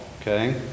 okay